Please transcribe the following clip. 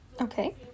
Okay